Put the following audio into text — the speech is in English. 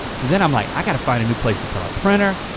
so then i'm like, i gotta find a new place to put our printer.